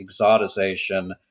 exotization